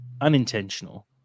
unintentional